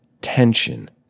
tension